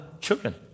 children